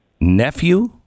nephew